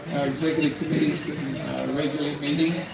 our executive committee has been regularly meeting.